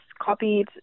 copied